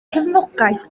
cefnogaeth